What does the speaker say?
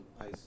ice